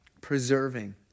preserving